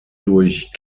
durch